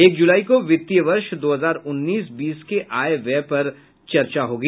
एक जुलाई को वित्तीय वर्ष दो हजार उन्नीस बीस के आय व्यय पर चर्चा होगी